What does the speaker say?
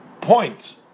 point